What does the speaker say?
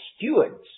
stewards